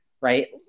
right